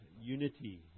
unity